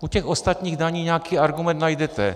U ostatních daní nějaký argument najdete.